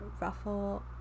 ruffle